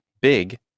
big